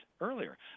earlier